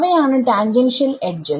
അവയാണ് tangential edges